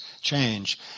change